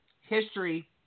History